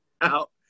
out